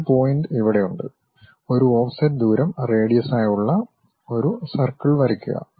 ഒരു പോയിന്റ് ഇവിടെയുണ്ട് ഒരു ഓഫ്സെറ്റ് ദൂരം റേഡിയസ് ആയുള്ള ഒരു സർക്കിൾ വരക്കുക